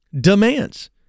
demands